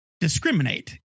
discriminate